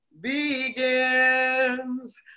begins